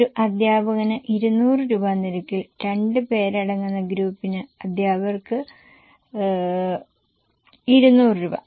ഒരു അധ്യാപകന് 200 രൂപ നിരക്കിൽ 2 പേരടങ്ങുന്ന ഗ്രൂപ്പിൽ അധ്യാപകർക്ക് 200 രൂപ